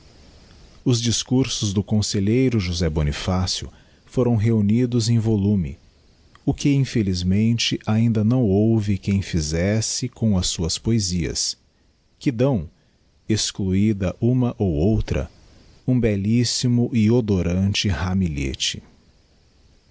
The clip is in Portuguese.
os discursos do conselheiro josé bonifácio foram reunidos em volume o que infelizmente ainda não houve quem fizesse com as suas poesias que dão excluída uma ou outra um bellissimo e odorante